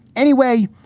anyway,